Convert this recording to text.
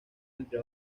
entre